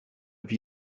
wie